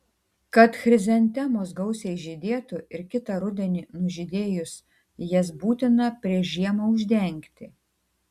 kad chrizantemos gausiai žydėtų ir kitą rudenį nužydėjus jas būtina prieš žiemą uždengti